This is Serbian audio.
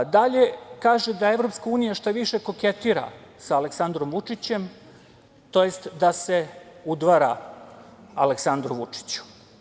Dalje, kaže da EU, šta više, koketira sa Aleksandrom Vučićem, tj. da se udvara Aleksandru Vučiću.